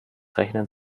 rechnen